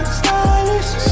stylish